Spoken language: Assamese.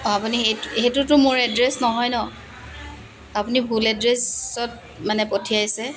অঁ আপুনি সেইটোতো মোৰ এড্ৰেছ নহয় ন আপুনি ভুল এড্ৰেছত মানে পঠিয়াইছে